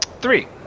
three